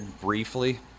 briefly